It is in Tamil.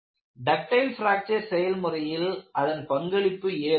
டக்டைல் பிராக்சர் செயல்முறையில் அதன் பங்களிப்பு ஏதுமில்லை